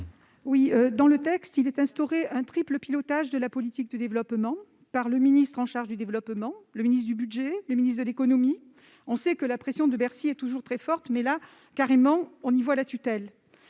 Carlotti. Le projet de loi instaure un triple pilotage de la politique de développement par le ministre chargé du développement, le ministre du budget et le ministre de l'économie. On sait que la pression de Bercy est toujours très forte, mais, en l'occurrence, on peut y voir sa tutelle.